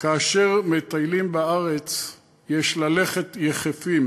"כאשר מטיילים בארץ יש ללכת יחפים,